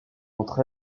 entre